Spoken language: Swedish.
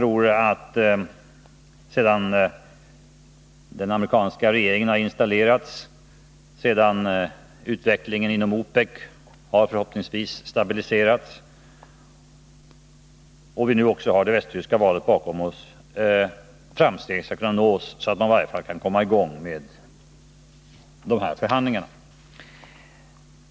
Sedan den amerikanska regeringen har installerats, sedan utvecklingen inom OPEC förhoppningsvis har stabiliserats och sedan vi nu också har det västtyska valet bakom oss tror jag att framsteg skall kunna nås, så att man i varje fall kan komma i gång med dessa förhandlingar.